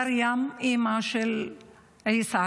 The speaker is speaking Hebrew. מרים אימא של עיסא,